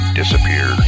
disappear